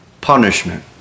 punishment